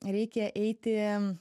reikia eiti